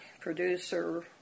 producer